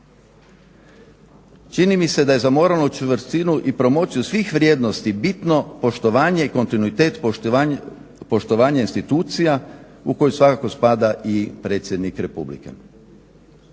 Čini mi se da je za moralnu čvrstinu i promociju svih vrijednosti bitno poštovanje i kontinuitet poštovanja institucija u koju svakako spada i predsjednik Republike.